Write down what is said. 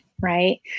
right